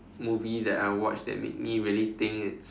movie that I watch that make me really think is